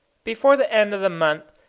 before the end of the month,